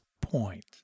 point